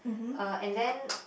uh and then